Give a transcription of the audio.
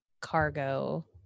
cargo